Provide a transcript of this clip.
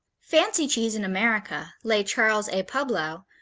fancy cheese in america, lay charles a. publow,